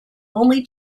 only